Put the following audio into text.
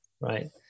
Right